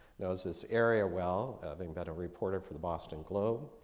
knows this area well having been a reporter for the boston globe,